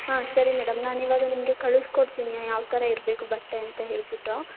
ಹಾಂ ಸರಿ ಮೇಡಮ್ ನಾನು ಇವಾಗ ನಿಮಗೆ ಕಳಿಸ್ಕೊಡ್ತೀನಿ ಯಾವ ಥರ ಇರಬೇಕು ಬಟ್ಟೆ ಅಂತ ಹೇಳಿಬಿಟ್ಟು